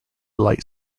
light